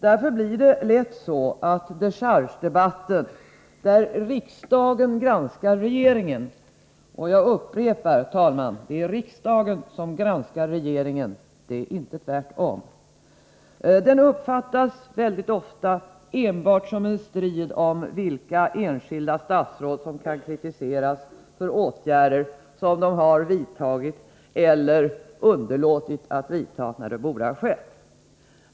Därför blir det ofta så att dechargedebatten, där riksdagen granskar regeringen — jag upprepar, talman, att det är riksdagen som granskar regeringen, det är inte tvärtom — uppfattas enbart som en strid om vilka enskilda statsråd som kan kritiseras för åtgärder som de har vidtagit eller underlåtit att vidta när det borde ha skett.